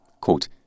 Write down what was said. Quote